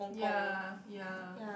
ya ya